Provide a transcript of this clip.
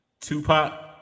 Tupac